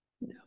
no